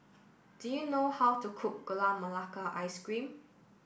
do you know how to cook Gula Melaka Ice Cream